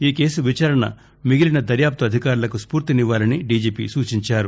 ఈ కేసు విచారణ మిగిలిన దర్యాప్తు అధికారులకు స్పూర్తినివ్వాలని దీజీపీ సూచించారు